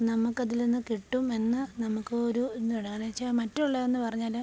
നമ്മള്ക്കതിൽ നിന്നും കിട്ടും എന്ന് നമ്മള്ക്ക് ഒരു കാരണം എന്ന് വച്ചാല് മറ്റുള്ള എന്നു പറഞ്ഞാല്